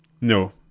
No